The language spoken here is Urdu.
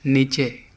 نیچے